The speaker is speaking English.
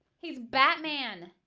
he's batman